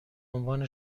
عنوان